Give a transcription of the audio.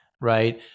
right